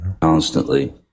constantly